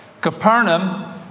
Capernaum